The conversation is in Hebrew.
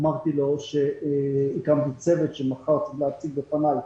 אמרתי לו שהקמתי צוות שמחר צריך להציג בפניי